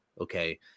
Okay